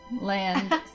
land